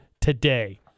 today